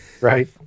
Right